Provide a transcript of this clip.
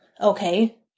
Okay